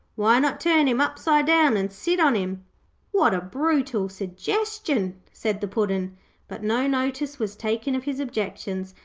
why not turn him upside-down and sit on him what a brutal suggestion said the puddin' but no notice was taken of his objections,